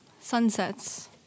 Sunsets